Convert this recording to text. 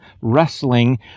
wrestling